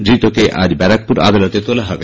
ধৃতকে আজ ব্যারাকপুর আদালতে তোলা হবে